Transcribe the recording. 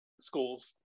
schools